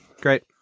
great